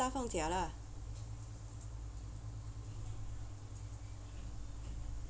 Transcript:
放假啦